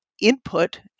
input